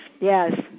Yes